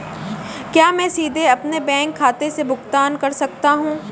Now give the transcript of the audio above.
क्या मैं सीधे अपने बैंक खाते से भुगतान कर सकता हूं?